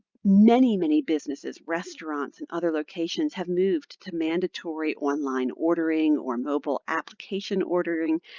many, many businesses, restaurants, and other locations have moved to mandatory on-line ordering or mobile application ordering,